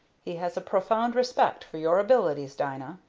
he has a profound respect for your abilities, dina.